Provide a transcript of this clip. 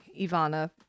Ivana